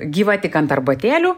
gyva tik ant arbatėlių